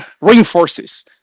reinforces